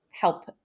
help